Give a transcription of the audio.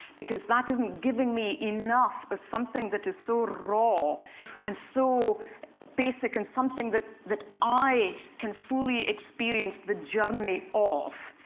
because that isn't giving me enough of something that is so raw and so basic, and something that that i can fully experience the journey of.